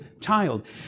child